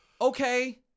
Okay